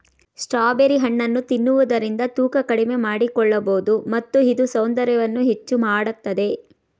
strawberry ಹಣ್ಣನ್ನು ತಿನ್ನುವುದರಿಂದ ತೂಕ ಕಡಿಮೆ ಮಾಡಿಕೊಳ್ಳಬೋದು ಮತ್ತು ಇದು ಸೌಂದರ್ಯವನ್ನು ಹೆಚ್ಚು ಮಾಡತ್ತದೆ